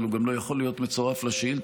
אבל הוא גם לא יכול להיות מצורף לשאילתה,